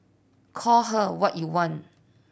call her what you want